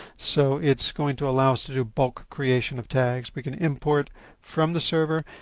so it's going to allow us to do bulk creation of tags. we can import from the server,